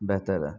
بہتر ہے